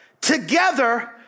together